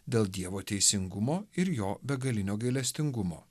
dėl dievo teisingumo ir jo begalinio gailestingumo